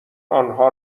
آنها